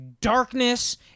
darkness